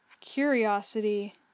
Curiosity